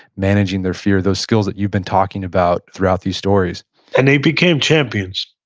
managing their fears, those skills that you've been talking about throughout these stories and they became champions.